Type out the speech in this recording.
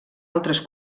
altres